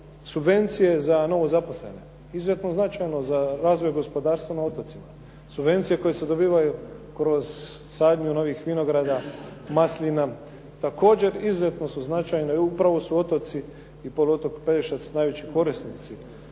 subvencije za novozaposlene. Izuzetno značajno za razvoj gospodarstva na otocima. Subvencije koje se dobivaju kroz sadnju novih vinograda, maslina, također izuzetno su značajne i upravo su otoci i poluotok Pelješac najveći korisnici